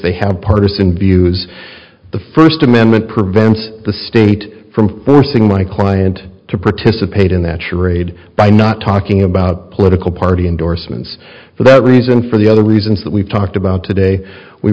they have partisan views the first amendment prevents the state from the first thing my client to participate in that charade by not talking about political party endorsements for that reason for the other reasons that we've talked about today we